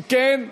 אם כן,